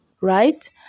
right